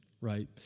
right